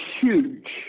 huge